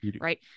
Right